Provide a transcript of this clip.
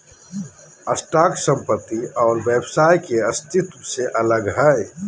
stock संपत्ति और व्यवसाय के अस्तित्व से अलग हइ